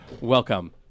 Welcome